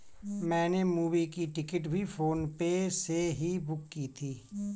मैंने मूवी की टिकट भी फोन पे से ही बुक की थी